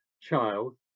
child